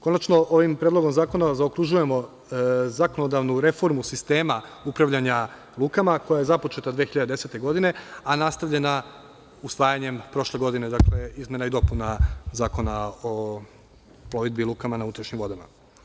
Konačno, ovim Predlogom zakona zaokružujemo zakonodavnu reformu sistema upravljanja lukama koja je započeta 2010. godine, a nastavljena usvajanjem, prošle godine, izmena i dopuna Zakona o plovidbi i lukama na unutrašnjim vodama.